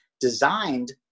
designed